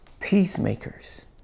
peacemakers